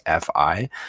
FI